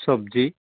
চবজি